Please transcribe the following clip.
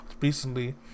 recently